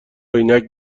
عینک